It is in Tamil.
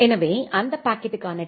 எனவே அந்த பாக்கெட்டுக்கான டி